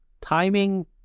timing